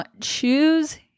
choose